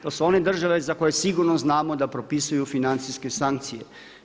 To su one države za koje sigurno znamo da propisuju financijske sankcije.